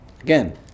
Again